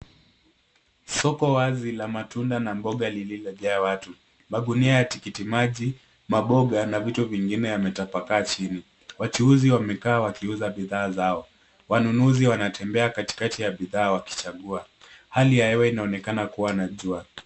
Soko wazi la matunda na mboga lililojaa watu. Magunia ya tikitimaji, mamboga na vitu vingine yametapakaa chini. Wachuuzi wamekaa wakiuza bidhaa zao. Wanunuzi wanatembea katikati ya bidhaa wakichagua. Hali ya hewa inaonekana kuwa na jua.